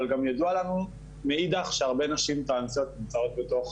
אבל גם ידוע לנו מאידך שהרבה נשים טרנסיות נמצאות בתוך